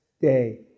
day